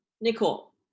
Nicole